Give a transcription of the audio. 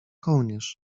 kołnierz